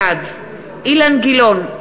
בעד אילן גילאון,